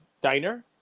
diner